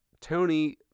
Tony